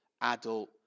adult